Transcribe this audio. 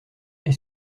est